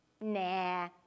nah